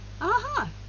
Aha